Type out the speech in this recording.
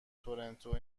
تورنتو